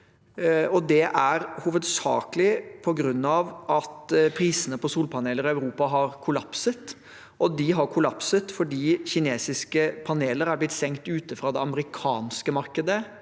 Det er hovedsakelig på grunn av at prisene på solpaneler i Europa har kollapset. De har kollapset fordi kinesiske paneler er blitt stengt ute fra det amerikanske markedet,